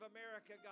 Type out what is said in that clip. America